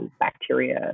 bacteria